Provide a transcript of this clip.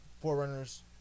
Forerunners